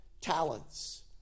talents